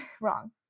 Wrong